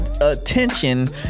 attention